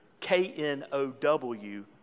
K-N-O-W